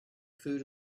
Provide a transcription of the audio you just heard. food